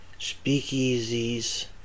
speakeasies